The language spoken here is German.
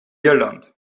irland